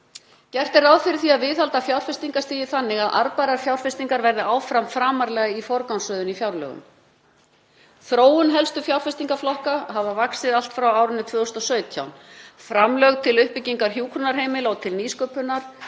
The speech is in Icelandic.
Gert er ráð fyrir því að viðhalda fjárfestingarstigi þannig að arðbærar fjárfestingar verði áfram framarlega í forgangsröðun í fjárlögum. Helstu fjárfestingarflokkar hafa vaxið allt frá árinu 2017. Framlög til uppbyggingar hjúkrunarheimila og til nýsköpunar,